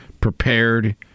prepared